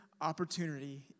opportunity